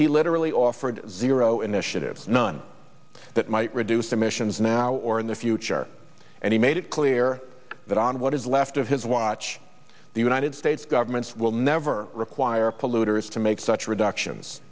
he literally offered zero initiatives none that might reduce emissions now or in the future and he made it clear that on what is left of his watch the united states government will never require a polluter is to make such reductions